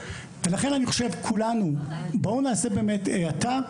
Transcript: ולכן אני חושב כולנו, בואו נעשה באמת האטה.